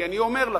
כי אני אומר לכם,